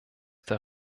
der